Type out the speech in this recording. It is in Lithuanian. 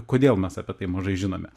kodėl mes apie tai mažai žinome